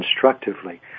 constructively